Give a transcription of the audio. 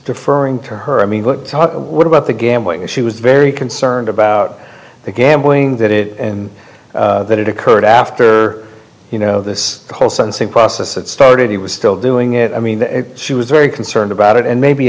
deferring to her i mean but what about the gambling that she was very concerned about the gambling that it and that it occurred after you know this whole son same process that started he was still doing it i mean she was very concerned about it and maybe